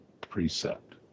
precept